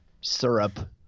syrup